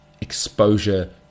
exposure